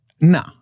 No